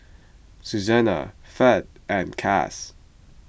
Susannah Fed and Cass